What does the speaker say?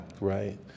right